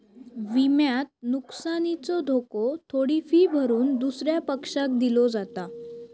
विम्यात नुकसानीचो धोको थोडी फी भरून दुसऱ्या पक्षाक दिलो जाता